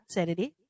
Saturday